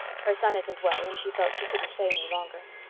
her son isn't well and she felt she couldn't stay any longer.